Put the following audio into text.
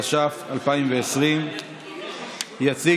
אנחנו עוברים להסתייגות מס' 50,